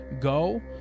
go